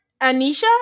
Anisha